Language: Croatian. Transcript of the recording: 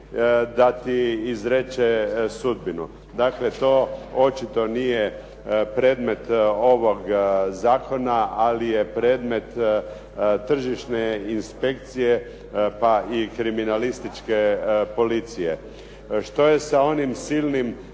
da ti izreče sudbinu. Dakle, to očito nije predmet ovog zakona, ali je predmet tržišne inspekcije, pa i kriminalističke policije. Što je sa onim silnim